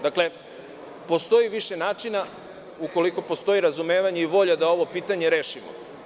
Dakle, postoji više načina ukoliko postoji razumevanje i volja da ovo pitanje rešimo.